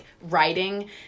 writing